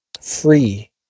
free